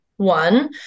One